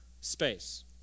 space